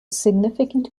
significant